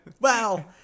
Wow